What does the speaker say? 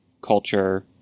culture